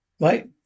right